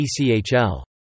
ECHL